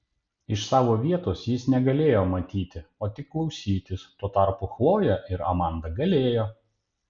iš savo vietos jis negalėjo matyti o tik klausytis tuo tarpu chlojė ir amanda galėjo